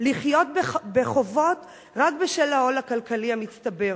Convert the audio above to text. לחיות בחובות רק בשל העול הכלכלי המצטבר.